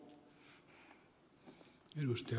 arvoisa puhemies